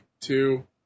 two